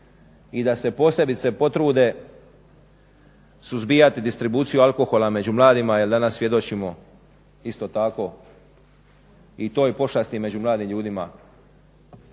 i da se posebice potrude suzbijati distribuciju alkohola među mladima jer danas svjedočimo isto tako i toj pošasti među mladim ljudima.